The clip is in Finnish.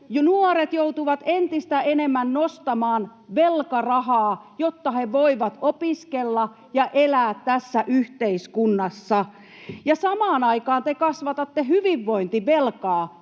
nuoret joutuvat entistä enemmän nostamaan velkarahaa, jotta he voivat opiskella ja elää tässä yhteiskunnassa, ja samaan aikaan te kasvatatte hyvinvointivelkaa